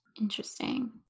Interesting